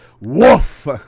Woof